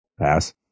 Pass